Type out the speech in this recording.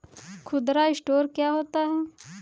खुदरा स्टोर क्या होता है?